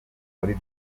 muri